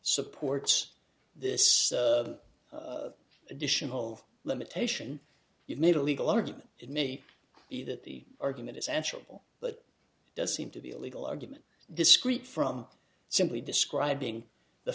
supports this additional limitation you've made a legal argument it may be that the argument is actual but does seem to be a legal argument discrete from simply describing the